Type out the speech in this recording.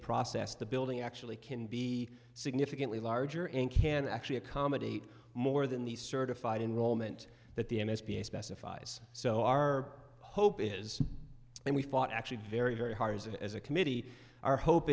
process the building actually can be significantly larger and can actually accommodate more than the certified enroll meant that the s b a specifies so our hope is and we fought actually very very hard as a committee our hope